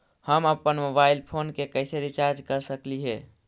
हम अप्पन mobile phone के कैसे रिचार्ज कर सकली हे?